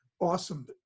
awesome